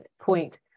point